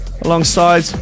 Alongside